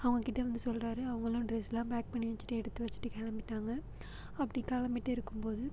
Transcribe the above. அவங்கக்கிட்ட வந்து சொல்கிறாரு அவங்களும் டிரெஸ்லாம் பேக் பண்ணி வச்சிட்டு எடுத்து வச்சிட்டு கிளம்பிட்டாங்க அப்படி கிளம்பிட்டு இருக்கும்போது